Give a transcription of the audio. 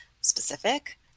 specific